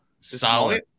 Solid